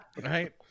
right